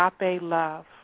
love